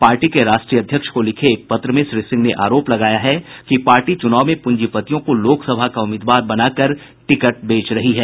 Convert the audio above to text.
party के राष्ट्रीय अध्यक्ष को लिखे एक पत्र में श्री सिंह ने आरोप लगाया है कि पार्टी चुनाव में पूंजीपतियों को लोकसभा का उम्मीदवार बनाकर टिकट बेच रही है